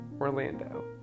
Orlando